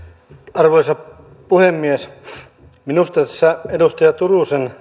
arvoisa puhemies minusta tässä edustaja turusen